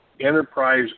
enterprise